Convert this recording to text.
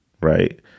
Right